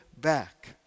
back